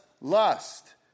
lust